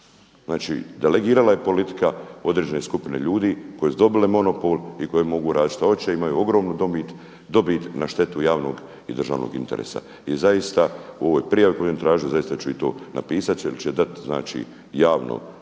Znači delegirala je politika određene skupine ljudi koje su dobile monopol i koje mogu raditi što god hoće i imaju ogromnu dobit na štetu javnog i državnog interesa. I zaista u ovoj prijavi koju je on tražio, zaista ću to i napisati ili ću je dati javno ne samo